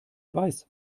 weiß